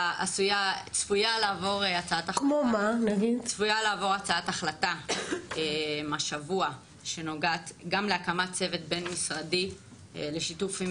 צפויה לעבור הצעת החלטה השבוע שנוגעת גם להקמת צוות בין משרדי בשיתוף עם